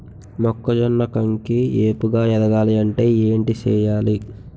మొక్కజొన్న కంకి ఏపుగ ఎదగాలి అంటే ఏంటి చేయాలి?